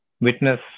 witness